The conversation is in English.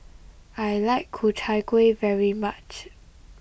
I like Ku Chai Kueh very much